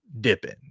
dipping